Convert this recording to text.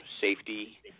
safety